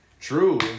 True